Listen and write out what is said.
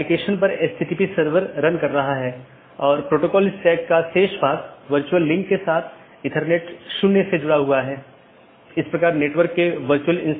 संचार में BGP और IGP का role BGP border gateway protocol और IGP इंटरनेट गेटवे प्रोटोकॉल